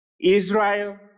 Israel